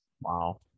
Wow